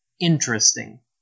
interesting